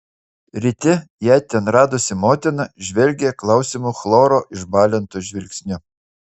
ryte ją ten radusi motina žvelgė klausiamu chloro išbalintu žvilgsniu